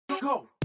Go